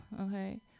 okay